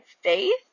faith